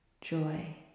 joy